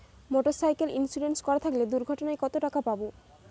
Motorcycle insurance করা থাকলে দুঃঘটনায় কতটাকা পাব?